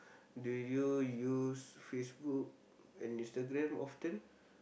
do you use Facebook and Instagram often